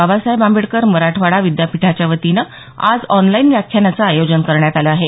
बाबासाहेब आंबेडकर मराठवाडा विद्यापीठाच्या वतीनं आज ऑनलाईन व्याख्यानाचं आयोजन करण्यात आलं आहे